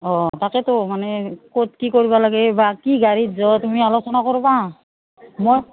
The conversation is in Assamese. অঁ তাকেতো মানে ক'ত কি কৰিবা লাগে বা কি গাড়ীত যোৱা তুমি আলোচনা কৰবা মই